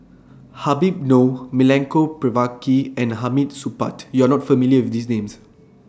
Habib Noh Milenko Prvacki and Hamid Supaat YOU Are not familiar with These Names